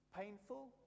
Painful